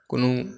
कोनो